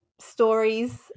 stories